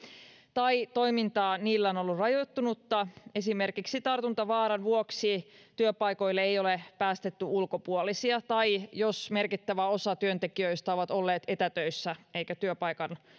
tai toiminta niillä on ollut rajoittunutta esimerkiksi jos tartuntavaaran vuoksi työpaikoille ei ole päästetty ulkopuolisia tai jos merkittävä osa työntekijöistä on ollut etätöissä eikä